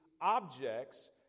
objects